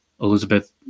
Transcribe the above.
Elizabeth